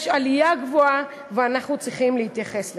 יש עלייה גבוהה, ואנחנו צריכים להתייחס לכך.